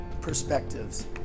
perspectives